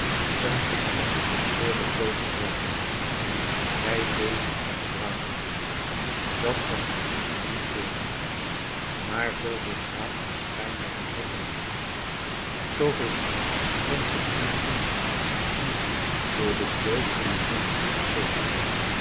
een blik op den verscheurden roover werpende gij leefdet om kwaad te doen dat was uw lust en uw leven maar zoo veel kwaad als gij mij berokkend hebt zoo veel goeds wensch ik hun toe die door den dood van hun makker te